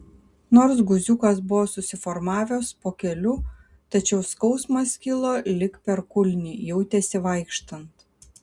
nors guziukas buvo susiformavęs po keliu tačiau skausmas kilo lyg per kulnį jautėsi vaikštant